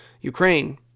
Ukraine